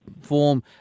form